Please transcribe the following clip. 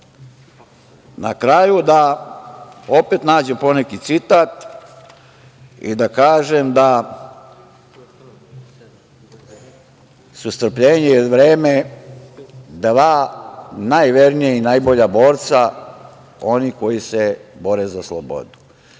na kraju da opet nađem poneki citat i da kažem da su strpljenje i vreme dva najvernija i najbolja borca, oni koji se bore za slobodu.